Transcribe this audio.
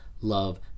love